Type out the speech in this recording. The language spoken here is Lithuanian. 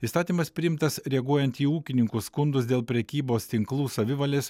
įstatymas priimtas reaguojant į ūkininkų skundus dėl prekybos tinklų savivalės